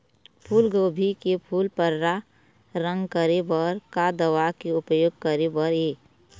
फूलगोभी के फूल पर्रा रंग करे बर का दवा के उपयोग करे बर ये?